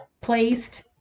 placed